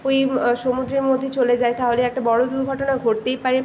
ওই সমুদ্রের মধ্যে চলে যায় তাহলে একটা বড় দুর্ঘটনা ঘটতেই পারে